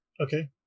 okay